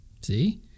See